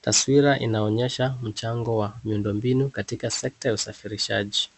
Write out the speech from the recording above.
Taswira inaonyesha mchango wa miundombinu, katika sekta ya usafirishaji.